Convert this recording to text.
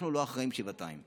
אנחנו לא אחראים שבעתיים.